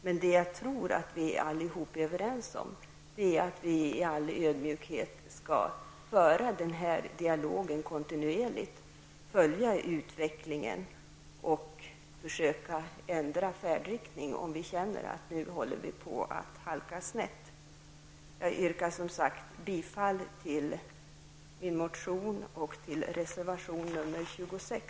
Men det jag tror att vi allihop är överens om är att vi i all ödmjukhet skall föra den här dialogen kontinuerligt, följa utvecklingen och försöka ändra färdriktning om vi känner att vi håller på att halka snett. Jag yrkar som sagt bifall till min motion och till reservation nr 26.